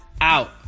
out